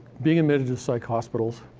being admitted to psych hospitals.